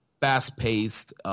fast-paced